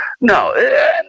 no